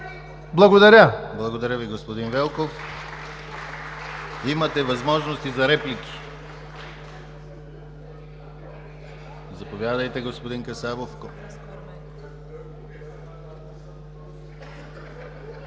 ГЛАВЧЕВ: Благодаря Ви, господин Велков. Имате възможности за реплики. Заповядайте, господин Касабов.